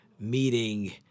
Meeting